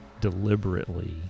deliberately